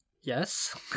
yes